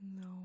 No